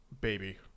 baby